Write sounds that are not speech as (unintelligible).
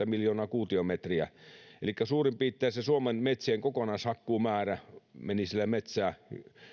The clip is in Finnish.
(unintelligible) miljoonaa kuutiometriä elikkä suurin piirtein se suomen metsien kokonaishakkuumäärä meni siellä metsää